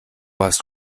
hast